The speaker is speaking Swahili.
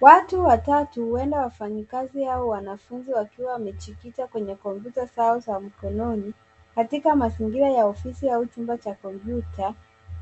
Watu watatu huenda wafanyikazi au wanafunzi wakiwa wamejikita kwenye kompyuta zao za mkononi. Katika mazingira ya ofisi au chumba cha